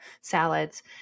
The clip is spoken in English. salads